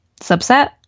subset